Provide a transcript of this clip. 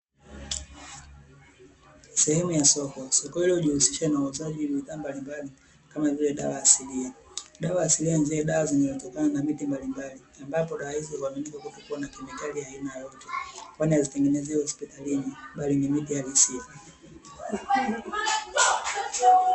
Sehemu ya soko. soko hilo hujihusisha na uuzaji wa bidhaa mbalimbali kama vile dawa asilia. Dawa asilia ni zile dawa zinazotokana na miti mbalimbali, ambapo dawa hizo huaminika kutokuwa na kemikali aina yoyote kwani hazitengenezewi hospitalini bali ni miti halisia.